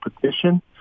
petition